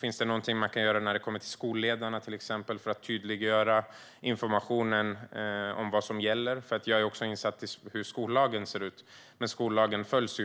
Kan man till exempel göra något när det gäller skolledarna, för att tydliggöra vad som gäller? Jag är också insatt i hur skollagen ser ut. Men skollagen följs